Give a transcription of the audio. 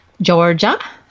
Georgia